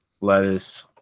lettuce